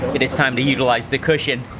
it is time to utilize the cushion.